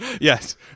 Yes